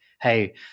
Hey